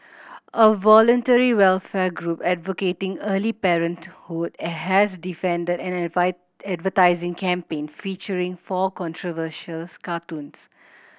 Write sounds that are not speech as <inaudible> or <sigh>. a voluntary welfare group advocating early parenthood has defended an <unintelligible> advertising campaign featuring four controversial <unintelligible> cartoons